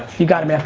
you got it, man.